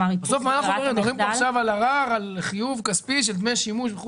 אנחנו מדברים כאן עכשיו על ערר על חיוב כספי של דמי שימוש.